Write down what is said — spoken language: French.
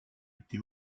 été